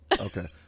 Okay